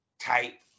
type